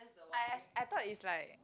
I I thought is like